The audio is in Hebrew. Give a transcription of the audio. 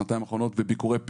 שנתיים אחרונות וביקורי פתע.